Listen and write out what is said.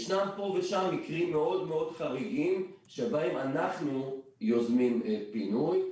ישנם פה ושם מקרים מאוד מאוד חריגים שבהם אנחנו יוזמים פינוי.